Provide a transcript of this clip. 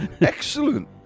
Excellent